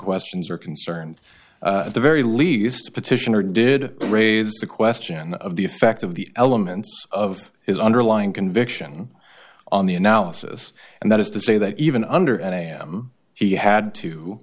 questions are concerned at the very least petitioner did raise the question of the effect of the elements of his underlying conviction on the analysis and that is to say that even under and i am he had to